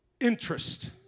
interest